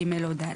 (ג) או (ד)